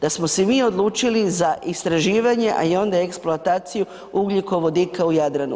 Da smo se mi odlučili za istraživanja a onda i eksploataciju ugljikovodika u Jadranu.